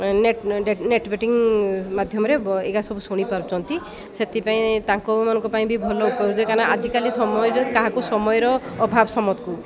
net net banking ମାଧ୍ୟମରେ ଏଇଗା ସବୁ ଶୁଣି ପାରୁଛନ୍ତି ସେଥିପାଇଁ ତାଙ୍କମାନଙ୍କ ପାଇଁ ବି ଭଲଉଛେ କାରଣ ଆଜିକାଲି ସମୟରେ କାହାକୁ ସମୟର ଅଭାବ ସମକୁ